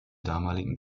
damaligen